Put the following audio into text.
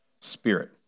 spirit